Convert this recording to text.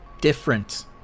different